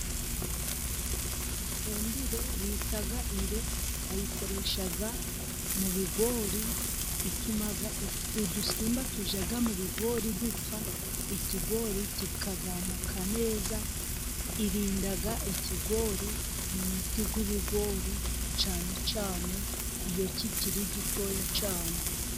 Ifumbire bitaga ire, bayikoresha mu bigori, ituma udusimba tujya mu bigori dupfa, ikigori kikazamuka neza irinda ikigori, n'umuti w'ibigori cyane cyane, iyo kikiri gitoya cyane.